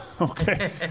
Okay